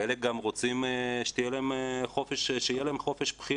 חלק גם רוצים שיהיה להם חופש בחירה,